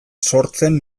sortzen